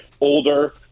older